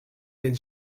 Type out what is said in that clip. and